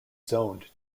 zoned